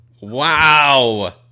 Wow